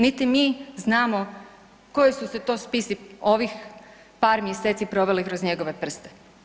Niti mi znamo koji su se to spisi ovih par mjeseci proveli kroz njegove prste.